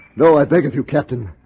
no, i beg of you captain.